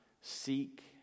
seek